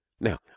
Now